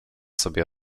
sobie